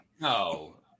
No